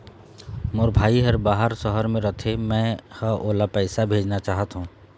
मोर भाई हर बाहर शहर में रथे, मै ह ओला पैसा भेजना चाहथों